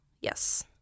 yes